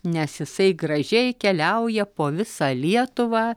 nes jisai gražiai keliauja po visą lietuvą